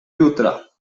jutra